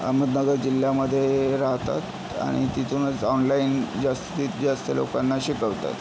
अहमदनगर जिल्ह्यामध्ये राहतात आणि तिथूनच ऑनलाईन जास्तीत जास्त लोकांना शिकवतात